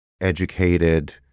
educated